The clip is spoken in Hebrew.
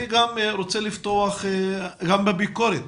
אני רוצה לפתוח גם בביקורת